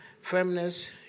Firmness